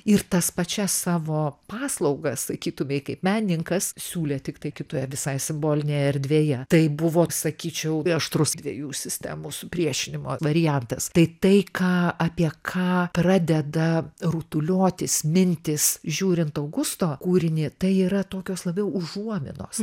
ir tas pačias savo paslaugas sakytumei kaip menininkas siūlė tiktai kitoje visai simbolinėje erdvėje tai buvo sakyčiau aštrus dviejų sistemų supriešinimo variantas tai tai ką apie ką pradeda rutuliotis mintis žiūrint augusto kūrinį tai yra tokios labiau užuominos